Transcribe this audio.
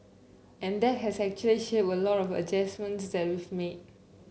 and that has actually shaped a lot of the adjustments that we've made